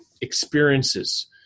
experiences